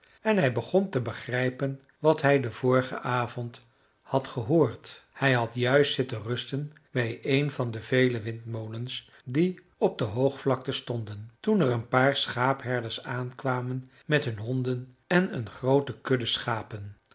en hij begon te begrijpen wat hij den vorigen avond had gehoord hij had juist zitten rusten bij een van de vele windmolens die op de hoogvlakte stonden toen er een paar schaapherders aankwamen met hun honden en een groote kudde schapen